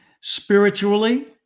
spiritually